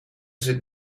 zit